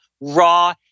raw